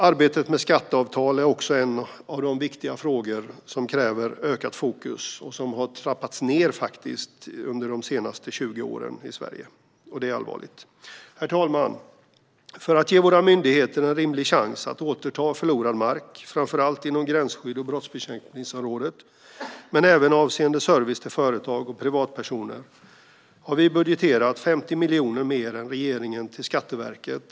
Arbetet med skatteavtal är en annan av de viktiga frågor som kräver ökat fokus. Satsningen där har dock trappats ned under de senaste 20 åren i Sverige, vilket är allvarligt. Herr talman! För att ge våra myndigheter en rimlig chans att återta förlorad mark - framför allt inom områden som rör gränsskydd och brottsbekämpning men även avseende service till företag och privatpersoner - har vi budgeterat 50 miljoner mer än regeringen till Skatteverket.